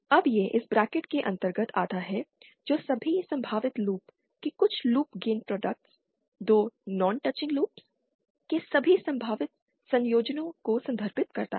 अब यह इस ब्रैकेट के अंतर्गत आता है जो सभी संभावित लूप के कुछ loop gain product 2 non touching loop के सभी संभावित संयोजनों को संदर्भित करता है